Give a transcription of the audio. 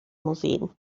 museen